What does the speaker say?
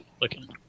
looking